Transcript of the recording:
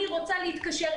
אני רוצה להתקשר,